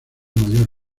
mayor